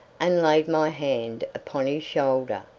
and laid my hand upon his shoulder,